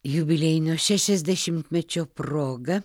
jubiliejinio šešiasdešimtmečio proga